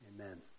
Amen